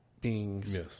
beings